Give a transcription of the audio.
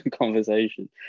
conversation